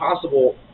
possible